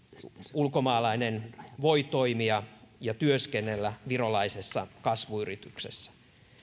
ulkomaalainen voi toimia ja työskennellä virolaisessa kasvuyrityksessä